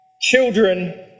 children